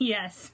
Yes